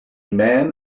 man